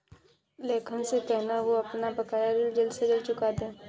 लखन से कहना, वो अपना बकाया ऋण जल्द से जल्द चुका दे